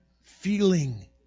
feeling